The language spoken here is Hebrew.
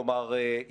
כלומר,